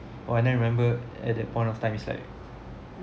oh and then remember at that point of time is like